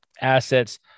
assets